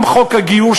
גם חוק הגיור,